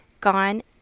gone